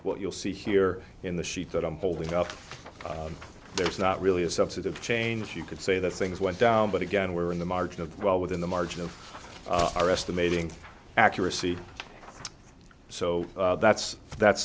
what you'll see here in the sheet that i'm holding up there is not really a substantive change you could say that things went down but again we're in the margin of well within the margin of our estimating accuracy so that's that's